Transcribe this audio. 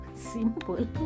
Simple